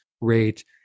rate